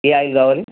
ఏ oil కావాలి